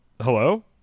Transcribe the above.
Hello